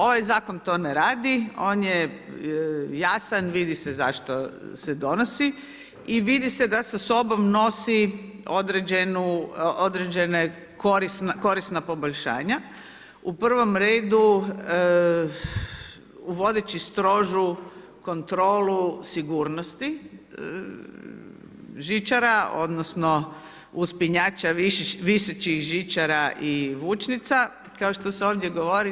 Ovaj zakon to ne radi, on je jasan, vidi se zašto se donosi i vidi se da sa sobom nosi, određene korisna poboljšanja, u prvom redu, uvodeći strožu kontrolu sigurnosti žičara, odnosno, uspinjača, visećih žičara i vučnica, kao što se ovdje govori.